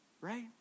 right